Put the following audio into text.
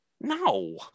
No